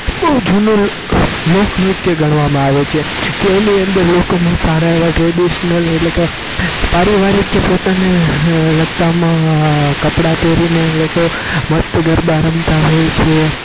બહુ જૂનું લોકનૃત્ય ગણવામાં આવે છે કે એની અંદર લોકોમાં સારા એવા ટ્રેડિશનલ એટલે કે પારિવારિક કે પોતાને લગતામાં કપડાં પહેરીને લોકો મસ્ત ગરબા રમતા હોય છે